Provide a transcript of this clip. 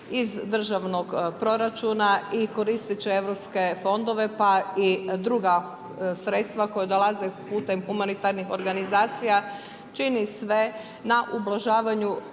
iz državnog proračuna i koristeći europske fondove pa i druga sredstva koja dolaze putem humanitarnih organizacija čini sve na ublažavanju